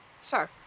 sir